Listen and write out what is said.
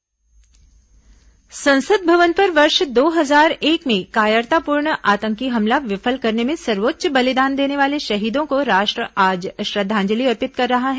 संसद भवन शहीद श्रद्धांजलि संसद भवन पर वर्ष दो हजार एक में कायरतापूर्ण आतंकी हमला विफल करने में सर्वोच्च बलिदान देने वाले शहीदों को राष्ट्र आज श्रद्दांजलि अर्पित कर रहा है